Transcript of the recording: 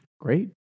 Great